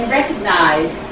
recognize